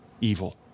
evil